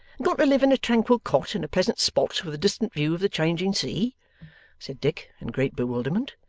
gone to live in a tranquil cot in a pleasant spot with a distant view of the changing sea said dick, in great bewilderment.